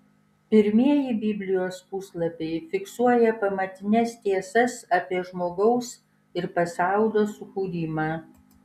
pirmieji biblijos puslapiai fiksuoja pamatines tiesas apie žmogaus ir pasaulio sukūrimą